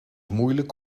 moeilijk